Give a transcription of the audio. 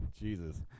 Jesus